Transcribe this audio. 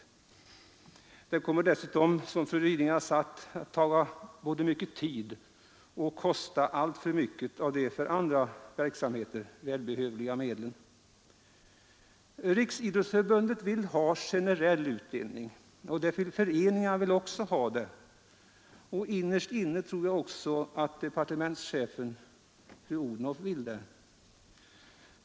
Som fru Ryding framhållit kommer den dessutom att ta mycken tid och kosta alltför mycket av de för andra verksamheter välbehövliga medlen. Riksidrottsförbundet vill ha generell utdelning. Föreningarna vill detsamma. Och jag tror att statsrådet fru Odhnoff också vill det innerst inne.